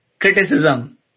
criticism